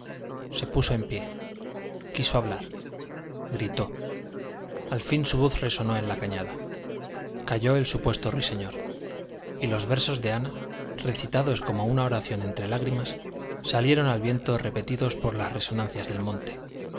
se puso en pie quiso hablar gritó al fin su voz resonó en la cañada calló el supuesto ruiseñor y los versos de ana recitados como una oración entre lágrimas salieron al viento repetidos por las resonancias del monte